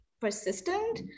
persistent